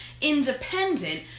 independent